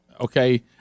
okay